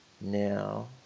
now